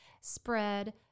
spread